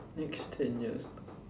next ten years